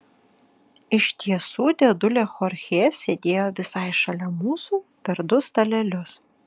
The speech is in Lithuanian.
iš tiesų dėdulė chorchė sėdėjo visai šalia mūsų per du stalelius